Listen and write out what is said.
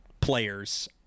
players